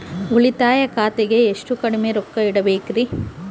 ಉಳಿತಾಯ ಖಾತೆಗೆ ಎಷ್ಟು ಕಡಿಮೆ ರೊಕ್ಕ ಇಡಬೇಕರಿ?